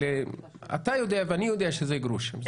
אתה יודע ואני יודע שזה גרושים.